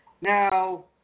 Now